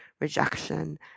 rejection